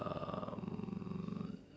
um